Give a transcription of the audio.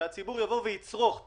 מה צריך לעשות כדי שהציבור יצרוך תרבות,